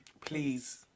Please